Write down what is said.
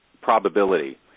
probability